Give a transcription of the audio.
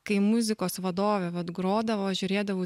kai muzikos vadovė vat grodavo žiūrėdavau